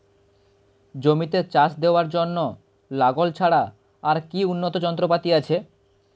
জমিতে চাষ দেওয়ার জন্য লাঙ্গল ছাড়া আর কি উন্নত যন্ত্রপাতি আছে?